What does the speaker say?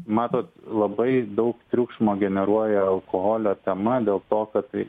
matot labai daug triukšmo generuoja alkoholio tema dėl to kad